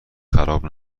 خراب